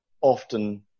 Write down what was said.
often